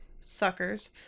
Suckers